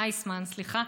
אַיסמן, סליחה.